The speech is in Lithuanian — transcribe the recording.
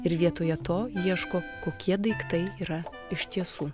ir vietoje to ieško kokie daiktai yra iš tiesų